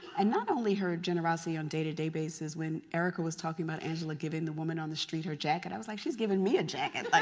and not only her generosity on day to day basis. when erica was talking about angela giving the woman on the street her jacket, i was like, she's given me a jacket.